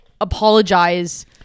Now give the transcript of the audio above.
Apologize